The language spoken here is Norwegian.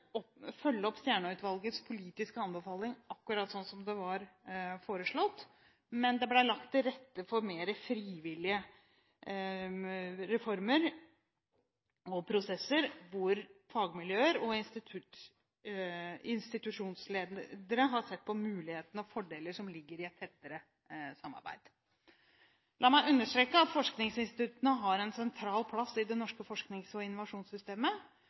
følge opp Stjernø-utvalgets politiske anbefaling akkurat sånn som det var foreslått, men heller legge til rette for mer frivillige reformer og prosesser, hvor fagmiljøer og institusjonsledere har sett muligheter og fordeler som ligger i et tettere samarbeid. La meg understreke at forskningsinstituttene har en sentral plass i det norske forsknings- og innovasjonssystemet.